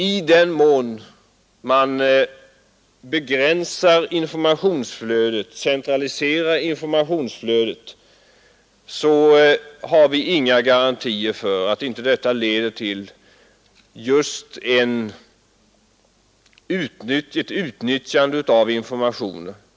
I den mån man centraliserar informationsflödet ökar riskerna med ett oriktigt utnyttjande av informationen.